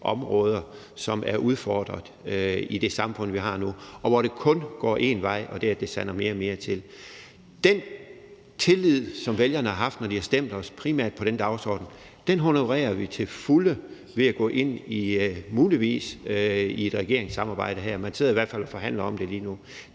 som er udfordret i det samfund, vi har nu, og hvor det kun går én vej, og det er, at det sander mere og mere til. Den tillid, som vælgerne har haft, når de har stemt på os, primært på den dagsorden, honorerer vi til fulde ved at gå ind i muligvis et regeringssamarbejde. Man sidder i hvert fald og forhandler om det lige nu.